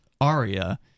Aria